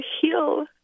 heal